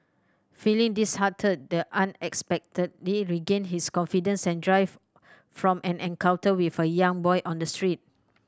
feeling disheartened the unexpectedly regain his confidence and drive from an encounter with a young boy on the street